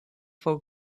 for